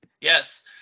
Yes